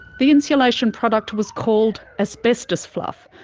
the insulation product was called asbestos fluff,